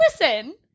listen